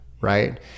right